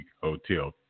Hotel